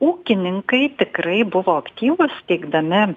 ūkininkai tikrai buvo aktyvūs teikdami